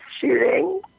shooting